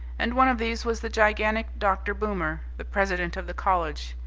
and one of these was the gigantic dr. boomer, the president of the college,